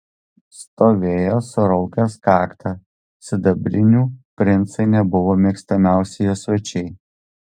stovėjo suraukęs kaktą sidabrinių princai nebuvo mėgstamiausi jo svečiai